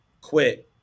quit